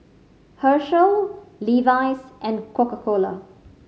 Herschel Levi's and Coca Cola